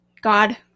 God